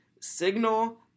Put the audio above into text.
signal